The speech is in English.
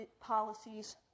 policies